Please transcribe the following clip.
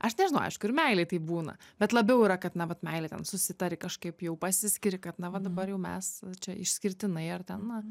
aš nežinau aišku ir meilėj taip būna bet labiau yra kad na vat meilė ten susitari kažkaip jau pasiskiri kad na va dabar jau mes čia išskirtinai ar na